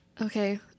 Okay